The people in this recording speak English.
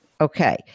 Okay